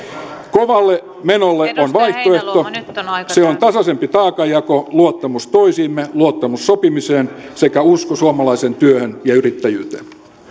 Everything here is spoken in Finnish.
kovalle menolle on vaihtoehto se on tasaisempi taakanjako luottamus toisiimme luottamus sopimiseen sekä usko suomalaiseen työhön ja yrittäjyyteen